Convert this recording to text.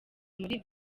muri